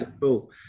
Cool